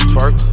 Twerk